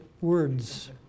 words